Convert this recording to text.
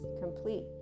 complete